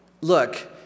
look